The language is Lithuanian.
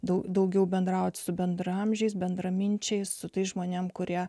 daug daugiau bendrauti su bendraamžiais bendraminčiais su tais žmonėms kurie